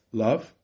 love